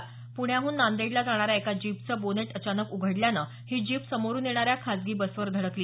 प्ण्याहून नांदेडला जाणाऱ्या एका जीपचं बोनेट अचानक उघडल्यानं ही जीप समोरून येणाऱ्या खासगी बसवर धडकली